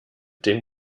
den